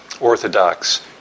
Orthodox